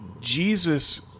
Jesus